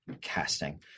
casting